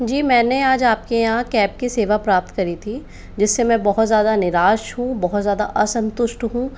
जी मैंने आज आपके यहाँ कैब की सेवा प्राप्त करी थी जिससे मैं बहुत ज़्यादा निराश हूँ बहुत ज़्यादा असंतुष्ट हूँ